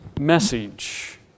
message